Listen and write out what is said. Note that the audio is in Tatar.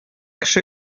кеше